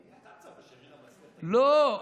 אתה רוצה שרינה מצליח תגיד, לא.